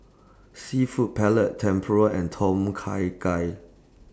Seafood Paella Tempura and Tom Kha Gai